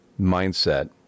mindset